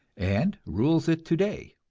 and rules it today.